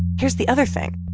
here's the other thing